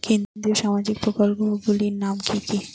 কেন্দ্রীয় সামাজিক প্রকল্পগুলি নাম কি কি?